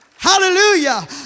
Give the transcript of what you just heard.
Hallelujah